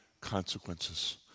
consequences